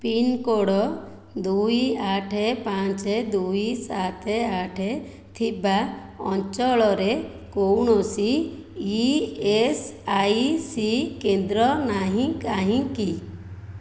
pincode ଦୁଇ ଆଠ ପାଞ୍ଚ ଦୁଇ ସାତ ଆଠ ଥିବା ଅଞ୍ଚଳରେ କୌଣସି ଇ ଏସ୍ ଆଇ ସି କେନ୍ଦ୍ର ନାହିଁ କାହିଁକି